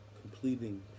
completing